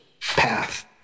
path